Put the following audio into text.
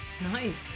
Nice